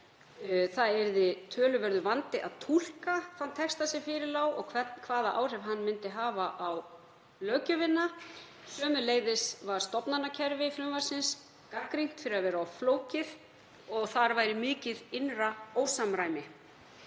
það yrði töluverður vandi að túlka þann texta sem fyrir lá og hvaða áhrif hann myndi hafa á löggjöfina. Sömuleiðis var stofnanakerfi frumvarpsins gagnrýnt fyrir að vera of flókið og þar væri mikið innra ósamræmi.